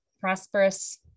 prosperous